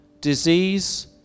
disease